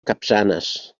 capçanes